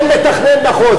אין מתכנן מחוז,